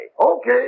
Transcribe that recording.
Okay